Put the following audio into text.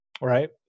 right